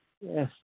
Yes